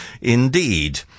Indeed